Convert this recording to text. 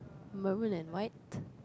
maroon and white